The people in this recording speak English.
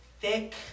thick